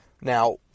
Now